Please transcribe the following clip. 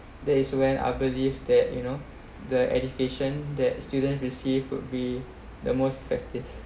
that is when I believe that you know the education that students received would be the most effective